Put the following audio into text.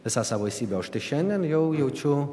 visa savo esybe o štai šiandien jau jaučiu